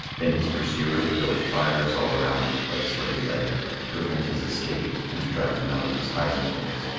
then his pursuers built fires all around the place where he lay to prevent his escape and to drive him out of his hiding place.